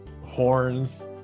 horns